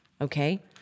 okay